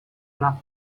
lock